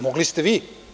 Mogli ste vi.